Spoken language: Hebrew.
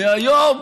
מהיום